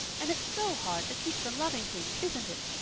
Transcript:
and it's so hard to keep from loving things, isn't it?